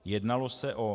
Jednalo se o: